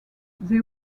they